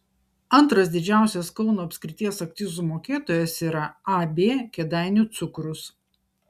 antras didžiausias kauno apskrities akcizų mokėtojas yra ab kėdainių cukrus